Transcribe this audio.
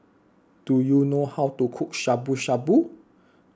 do you know how to cook Shabu Shabu